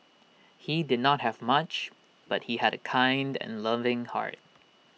he did not have much but he had A kind and loving heart